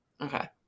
okay